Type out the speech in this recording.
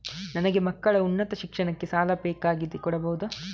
ನನಗೆ ಮಕ್ಕಳ ಉನ್ನತ ಶಿಕ್ಷಣಕ್ಕೆ ಸಾಲ ಬೇಕಾಗಿದೆ ಕೊಡಬಹುದ?